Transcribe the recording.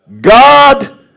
God